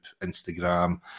Instagram